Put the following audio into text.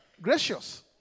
gracious